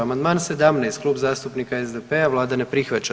Amandman 17 Kluba zastupnika SDP-a, Vlada ne prihvaća.